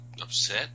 upset